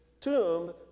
tomb